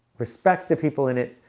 respect the people in it,